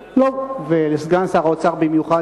ולסגן שר האוצר במיוחד,